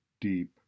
deep